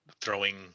throwing